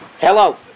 Hello